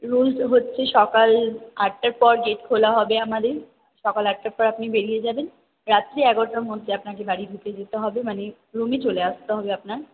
rules হচ্ছে সকাল আটটার পর গেট খোলা হবে আমাদের সকাল আটটার পর আপনি বেরিয়ে যাবেন রাত্রি এগারোটার মধ্যে আপনাকে বাড়ি ঢুকে যেতে হবে মানে রুমে চলে আসতে হবে আপনার